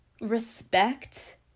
respect